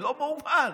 לא ייאמן.